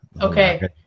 Okay